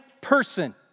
person